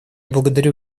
благодарю